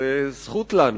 זאת זכות לנו.